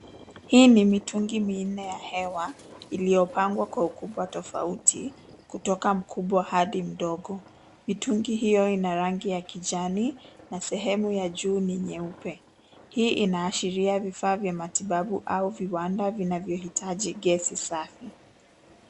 Hii ni mitungi minne ya hewa iliyopangwa kwa ukubwa tofauti kutoka kubwa hadi mdogo. Mitungi hiyo ina rangi ya kijani na sehemu ya juu ni nyeupe. Hii inaashiria vifaa vya matibabu au viwanda vinavyoitakji gesi safi